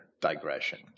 digression